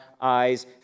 eyes